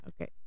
okay